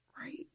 Right